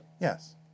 yes